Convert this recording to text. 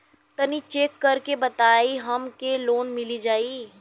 तनि चेक कर के बताई हम के लोन मिल जाई?